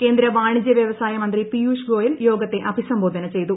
കേന്ദ്ര വാണിജ്യ വ്യവസായ മന്ത്രി പിയൂഷ് ഗോയൽ യോഗത്തെ അഭിസംബോധന ചെയ്തു